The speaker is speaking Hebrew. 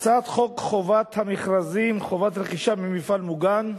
הצעת חוק חובת המכרזים (חובת רכישה ממפעל מוגן)